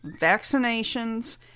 vaccinations